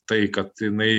tai kad jinai